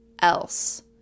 else